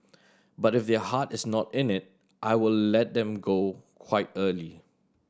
but if their heart is not in it I will let them go quite early